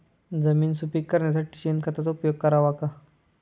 जमीन सुपीक करण्यासाठी शेणखताचा उपयोग करावा का?